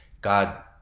god